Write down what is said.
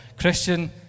Christian